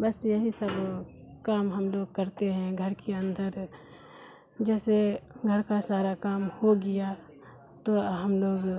بس یہی سب کام ہم لوگ کرتے ہیں گھر کے اندر جیسے گھر کا سارا کام ہو گیا تو ہم لوگ